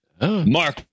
Mark